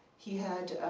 he had